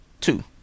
two